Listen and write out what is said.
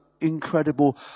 incredible